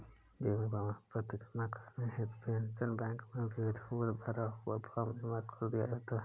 जीवन प्रमाण पत्र जमा करने हेतु पेंशन बैंक में विधिवत भरा हुआ फॉर्म जमा कर दिया जाता है